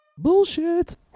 bullshit